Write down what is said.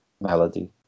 melody